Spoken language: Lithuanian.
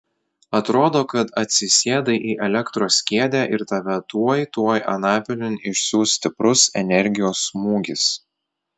atrodo kad atsisėdai į elektros kėdę ir tave tuoj tuoj anapilin išsiųs stiprus energijos smūgis